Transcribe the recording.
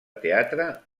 teatre